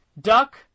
Duck